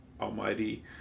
almighty